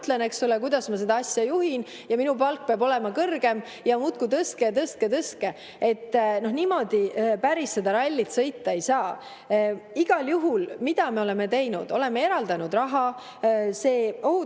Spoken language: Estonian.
ja mina ütlen, eks ole, kuidas ma seda asja juhin, ja minu palk peab olema kõrgem ja muudkui tõstke ja tõstke ja tõstke." Niimoodi päris seda rallit sõita ei saa. Igal juhul, mida me oleme teinud – oleme eraldanud raha. Ohutusjuurdluse